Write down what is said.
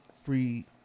free